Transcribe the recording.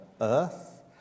earth